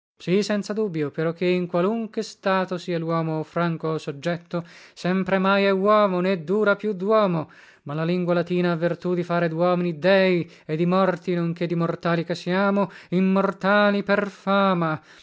sì senza dubio peroché in qualunche stato sia luomo o franco o soggetto sempremai è uomo né dura più duomo ma la lingua latina ha vertù di fare duomini dèi e di morti non che di mortali che siamo immortali per fama